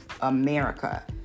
America